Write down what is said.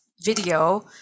video